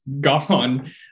gone